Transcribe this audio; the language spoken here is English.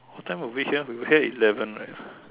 what time were we here we were here eleven right